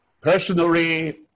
personally